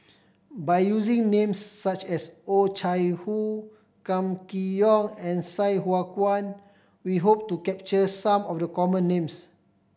by using names such as Oh Chai Hoo Kam Kee Yong and Sai Hua Kuan we hope to capture some of the common names